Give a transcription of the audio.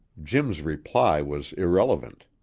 jim's reply was irrelevant.